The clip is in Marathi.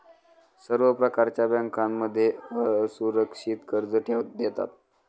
सर्व प्रकारच्या बँकांमध्ये असुरक्षित कर्ज देतात